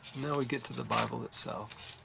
now we get to the bible itself.